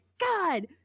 God